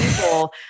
people